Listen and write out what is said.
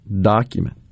document